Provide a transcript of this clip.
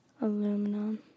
Aluminum